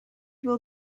will